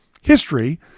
history